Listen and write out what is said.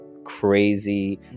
Crazy